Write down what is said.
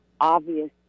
obvious